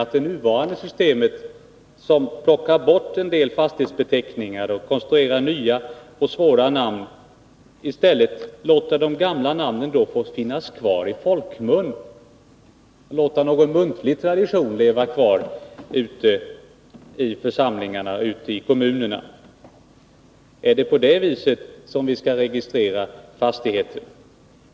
Använder man de nya systemen behöver man ju inte heller hänge sig åt förhoppningen att de gamla namnen får leva kvar i folkmun, som Sven Eric Åkerfeldt uttryckte det — att den muntliga traditionen lever kvar ute i församlingarna och kommunerna. Är det på det viset vi skall registrera fastigheter?